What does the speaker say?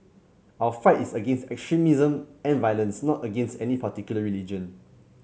our fight is against extremism and violence not against any particular religion